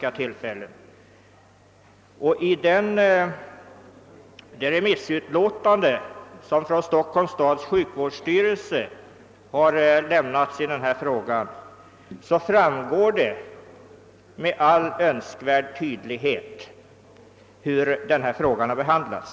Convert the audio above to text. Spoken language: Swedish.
Av ett remissyttrande som Stockholms stads sjukvårdsstyrelse avgivit framgår med all önskvärd tydlighet hur frågan behandlats.